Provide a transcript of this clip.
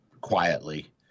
quietly